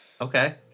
Okay